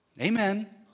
Amen